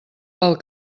pel